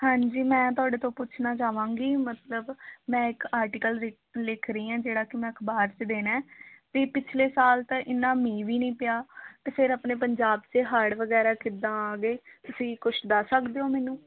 ਹਾਂਜੀ ਮੈਂ ਤੁਹਾਡੇ ਤੋਂ ਪੁੱਛਣਾ ਚਾਹਵਾਂਗੀ ਮਤਲਬ ਮੈਂ ਇੱਕ ਆਰਟੀਕਲ ਲਿਖ ਰਹੀ ਹਾਂ ਜਿਹੜਾ ਕਿ ਮੈਂ ਅਖ਼ਬਾਰ 'ਚ ਦੇਣਾ ਹੈ ਅਤੇ ਪਿਛਲੇ ਸਾਲ ਤਾਂ ਇੰਨਾ ਮੀਂਹ ਵੀ ਨਹੀਂ ਪਿਆ ਤਾਂ ਫਿਰ ਆਪਣੇ ਪੰਜਾਬ 'ਚ ਹੜ੍ਹ ਵਗੈਰਾ ਕਿੱਦਾਂ ਆ ਗਏ ਤੁਸੀਂ ਕੁਛ ਦੱਸ ਸਕਦੇ ਹੋ ਮੈਨੂੰ